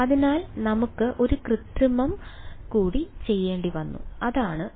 അതിനാൽ നമുക്ക് ഒരു കൃത്രിമം കൂടി ചെയ്യേണ്ടിവന്നു അതാണ്